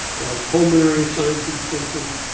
a lot of pulmonary signs and symptoms.